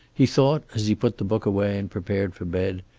he thought, as he put the book away and prepared for bed,